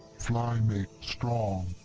fly make strong!